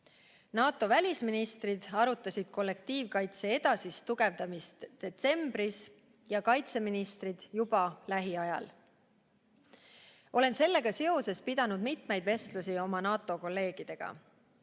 NATO välisministrid arutasid kollektiivkaitse edasist tugevdamist detsembris ja kaitseministrid [arutavad seda] juba lähiajal. Olen sellega seoses pidanud mitmeid vestlusi oma NATO‑kolleegidega.